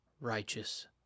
righteous